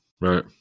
right